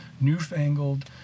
newfangled